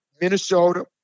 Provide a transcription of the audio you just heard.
Minnesota